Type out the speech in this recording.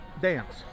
Dance